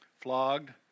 flogged